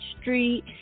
Street